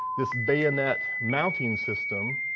this bayonet mounting system,